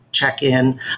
check-in